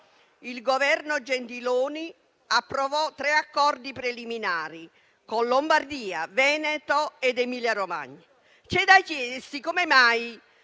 il Governo Gentiloni approvò tre accordi preliminari con Lombardia, Veneto ed Emilia Romagna. C'è da chiedersi come mai,